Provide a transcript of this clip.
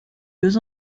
deux